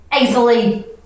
easily